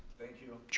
thank you. sure.